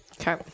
Okay